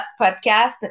podcast